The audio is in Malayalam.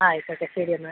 ആയിക്കോട്ടെ ശരി എന്നാൽ